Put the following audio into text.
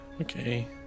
Okay